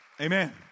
Amen